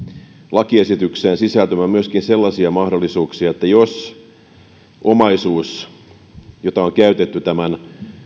lakiesitykseen sisältymään myöskin sellaisia mahdollisuuksia että se omaisuus jota on käytetty tämän